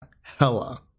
hella